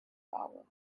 power